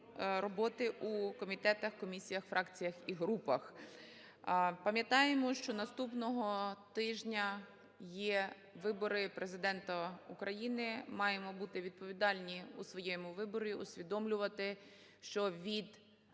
роботи у комітетах, комісіях, фракціях і групах. Пам'ятаємо, що наступного тижня є вибори Президента України. Маємо бути відповідальні у своєму виборі. Усвідомлювати, що від